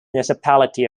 municipality